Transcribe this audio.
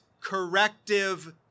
corrective